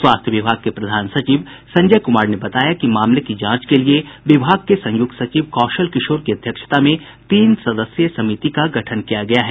स्वास्थ्य विभाग के प्रधान सचिव संजय कुमार ने बताया कि मामले की जांच के लिए विभाग के संयुक्त सचिव कौशल किशोर की अध्यक्षता में तीन सदस्यीय समिति का गठन किया गया है